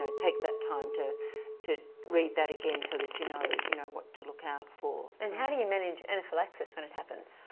um take that time to to read that again so that you know you know what to look out for and how do you manage anaphylaxis when it happens?